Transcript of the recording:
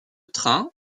train